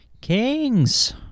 Kings